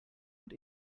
und